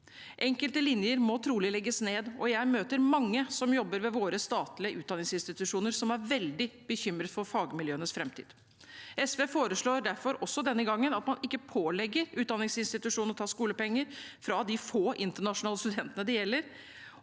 Enkelte linjer må trolig legges ned, og jeg møter mange som jobber ved våre statlige utdanningsinstitusjoner, som er veldig bekymret for fagmiljøenes framtid. SV foreslår derfor også denne gangen at man ikke pålegger utdanningsinstitusjonene å ta skolepenger fra de få internasjonale studentene det gjelder.